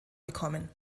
bekommen